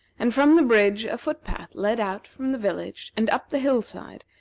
and from the bridge a foot-path led out from the village and up the hill-side,